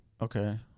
Okay